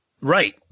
Right